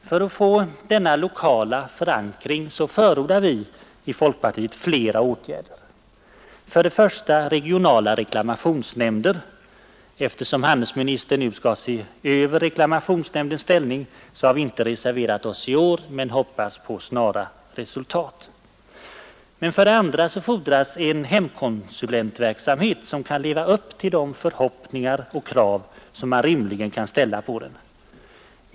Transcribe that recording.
För att få denna lokala förankring förordar vi i folkpartiet flera åtgärder. För det första regionala reklamationsnämnder; eftersom handelsministern nu skall se över reklamationsnämndens ställning har vi inte reserverat oss i år men hoppas verkligen på snara resultat. För det andra fordras en hemkonsulentverksamhet som kan leva upp till de förhoppningar och krav, som man rimligen kan ställa på den.